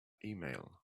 email